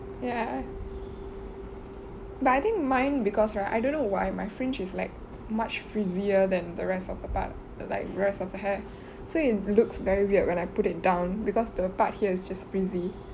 ya but I think mine because right I don't know why my fringe is like much frizzier than the rest of the part like the rest of the hair so it looks very weird when I put it down because the part here is just frizzy